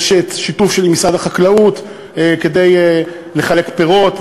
יש שיתוף של משרד החקלאות כדי לחלק פירות,